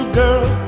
girl